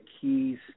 keys